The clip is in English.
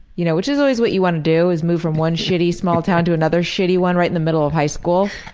you know which is always what you want to do is move from one shitty, small town to another shitty one right in the middle of high school.